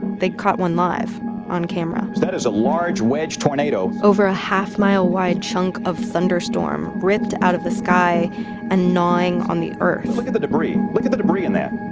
they caught one live on camera that is a large wedge tornado over ah half-mile-wide chunk of thunderstorm ripped out of the sky and gnawing on the earth look at the debris. look at the debris in that.